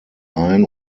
ein